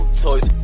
toys